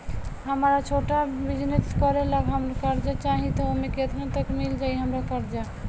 हमरा छोटा बिजनेस करे ला कर्जा चाहि त ओमे केतना तक मिल जायी हमरा कर्जा?